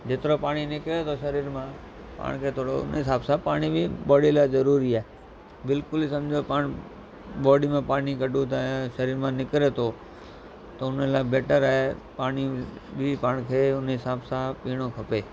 जेतिरो पाणी निकिरे थो शरीर मां पाण खे थोरो उन हिसाब सां पाणी बि बॉडी लाइ ज़रूरी आहे बिल्कुलु सम्झो पाण बॉडी में पाणी गॾु शरीर मां निकिरे थो त उन लाइ बैटर आहे पाणी बि पाण खे उन हिसाब सां पीअणो खपे